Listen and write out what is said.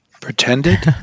Pretended